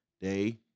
day